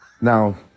Now